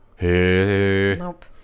Nope